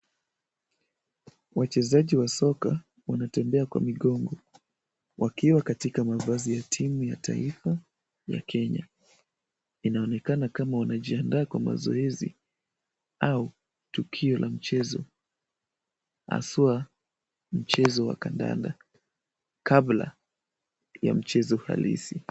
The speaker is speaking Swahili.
Wachezaji wa soka wanatembea kwa migongo, wakiwa katika mavazi ya timu ya taifa ya Kenya . Inaonekana kama wanajiandaa kwa mazoezi au tukio la mchezo ,haswa mchezo wa kandanda kabla ya mchezo halisi.